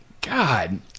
God